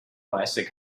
plastic